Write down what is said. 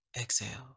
Exhale